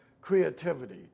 creativity